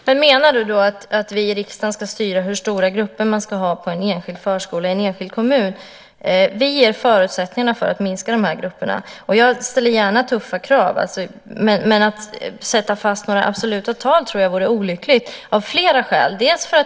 Herr talman! Menar du då, Christer Nylander, att vi i riksdagen ska styra hur stora grupper man ska ha på en enskild förskola i en enskild kommun? Vi ger förutsättningarna för att minska grupperna. Jag ställer gärna tuffa krav, men att ställa fast några absoluta tal tror jag vore olyckligt av flera skäl.